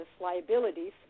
liabilities